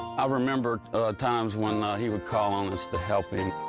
i remember times when he would call on us to help him.